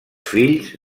fills